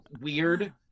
weird